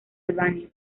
albania